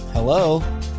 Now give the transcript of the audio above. Hello